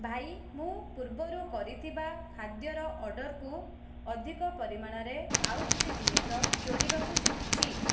ଭାଇ ମୁଁ ପୂର୍ବରୁ କରିଥିବା ଖାଦ୍ୟର ଅର୍ଡ଼ରକୁ ଅଧିକ ପରିମାଣରେ ଆଉ କିଛି ଜିନିଷ ଯୋଡ଼ିବାକୁ ଚାହୁଁଛି